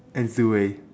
and zi-wei